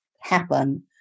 happen